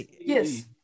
yes